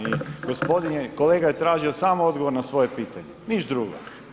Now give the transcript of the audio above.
I gospodin je kolega je tražio samo odgovor na svoje pitanje, ništa drugo.